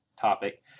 topic